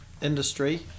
industry